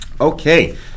Okay